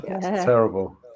Terrible